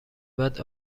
بعد